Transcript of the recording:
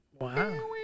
Wow